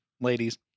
Ladies